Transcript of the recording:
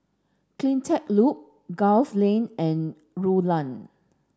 CleanTech Loop Gul Lane and Rulang